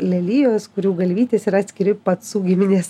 lelijos kurių galvytės yra atskiri pacų giminės